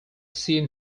seem